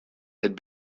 had